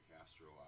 Castro